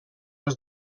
els